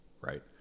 right